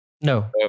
No